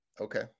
Okay